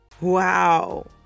Wow